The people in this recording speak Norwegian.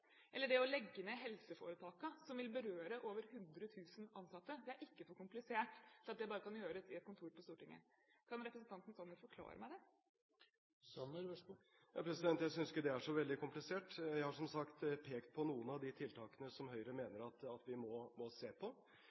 eller det å legge ned helseforetakene, som vil berøre over 100 000 ansatte, er ikke for komplisert til at det kan gjøres på et kontor på Stortinget. Kan representanten Sanner forklare meg det? Jeg synes ikke det er så veldig komplisert. Jeg har, som sagt, pekt på noen av de tiltakene som Høyre mener at vi må se på.